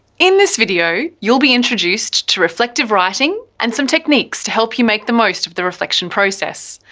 in this video you'll be introduced to reflective writing and some techniques to help you make the most of the reflection process.